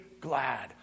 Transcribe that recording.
glad